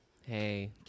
Hey